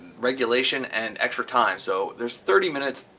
regulation and extra time so there's thirty minutes.